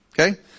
Okay